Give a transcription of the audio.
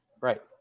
Right